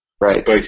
Right